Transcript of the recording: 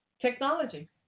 Technology